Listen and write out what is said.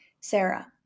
Sarah